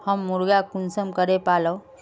हम मुर्गा कुंसम करे पालव?